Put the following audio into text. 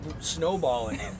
snowballing